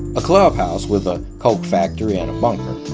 a clubhouse with a coke factory and a bunker,